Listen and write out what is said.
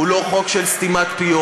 הוא לא חוק של סתימת פיות.